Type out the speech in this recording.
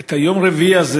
את יום רביעי הזה